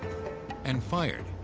and fired,